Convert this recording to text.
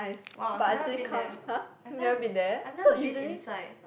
!wow! I've never been there I've never I've never been inside